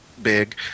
big